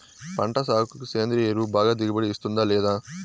పంట సాగుకు సేంద్రియ ఎరువు బాగా దిగుబడి ఇస్తుందా లేదా